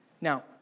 Now